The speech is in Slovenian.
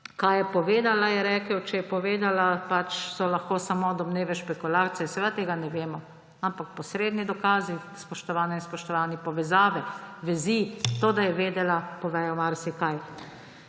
kaj je povedala, je rekel, če je povedala, so lahko samo domneve, špekulacije, seveda tega ne vemo, ampak posredni dokazi, spoštovane in spoštovani, povezave, vezi, to, da je vedela, povejo marsikaj.